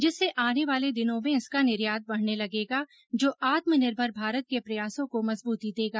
जिससे आने वाले दिनों में इसका निर्यात बढ़ने लगेगा जो आत्मनिर्भर भारत के प्रयासों को मजबूती देगा